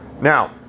now